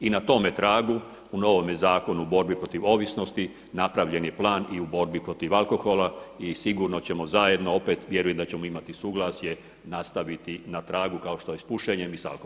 I na tome tragu u novome Zakonu o borbi protiv ovisnosti napravljen je plan i u borbi protiv alkohola i sigurno ćemo zajedno opet, vjerujem da ćemo imati suglasje nastaviti na tragu kao što je i s pušenjem i sa alkoholom.